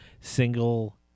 single